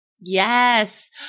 Yes